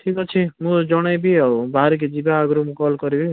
ଠିକ୍ ଅଛି ମୁଁ ଜଣେଇବି ଆଉ ବାହାରିକି ଯିବା ଆଗରୁ ମୁଁ କଲ୍ କରିବି